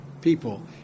people